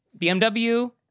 BMW